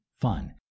fun